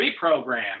reprogram